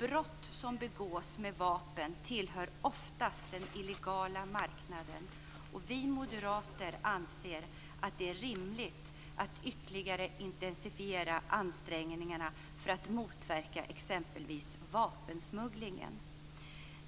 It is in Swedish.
Vapen som används vid brott tillhör oftast den illegala marknaden, och vi moderater anser att det är rimligt att ytterligare intensifiera ansträngningarna för att motverka exempelvis vapensmugglingen.